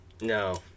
No